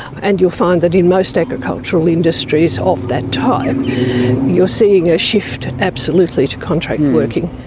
and you'll find that in most agricultural industries of that type you're seeing a shift absolutely to contract working.